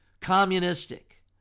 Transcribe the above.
communistic